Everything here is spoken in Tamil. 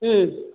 ம்